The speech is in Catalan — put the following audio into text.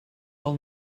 pel